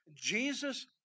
Jesus